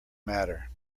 matter